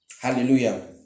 hallelujah